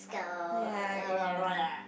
oh ya ya